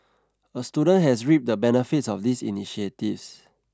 a student has reaped the benefits of these initiatives